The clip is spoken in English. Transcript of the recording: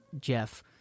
Jeff